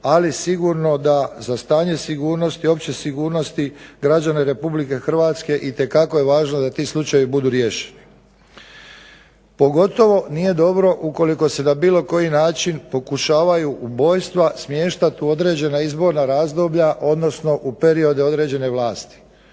ali sigurno da za stanje sigurnosti i opće sigurnosti građana RH itekako je važno da ti slučajevi budu riješeni. Pogotovo nije dobro ako se na bilo koji način pokušavaju ubojstva smještati u određena izborna razdoblja odnosno u periode određene vlasti.